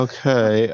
Okay